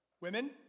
Women